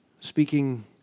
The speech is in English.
speaking